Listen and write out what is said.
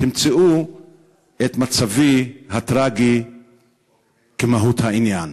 תמצאו את מצבי הטרגי כמהות העניין.